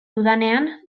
dudanean